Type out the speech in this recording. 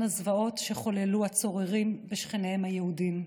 הזוועות שחוללו הצוררים בשכניהם היהודים.